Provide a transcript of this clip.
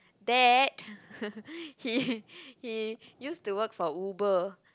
that he he used to work for Uber